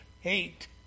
hate